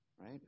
right